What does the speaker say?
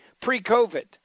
pre-COVID